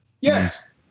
Yes